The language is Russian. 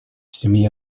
семье